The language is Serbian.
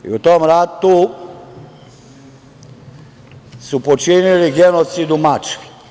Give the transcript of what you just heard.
U tom ratu su počinili genocid u Mačvi.